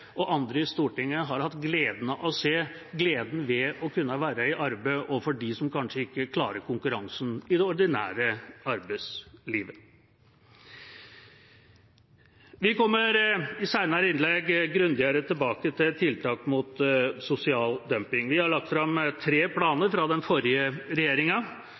og andre i Stortinget har hatt gleden av å se føler glede ved å kunne være i arbeid, altså også for dem som kanskje ikke klarer konkurransen i det ordinære arbeidslivet. Vi kommer i senere innlegg grundigere tilbake til tiltak mot sosial dumping. Vi har lagt fram tre planer fra den forrige regjeringa,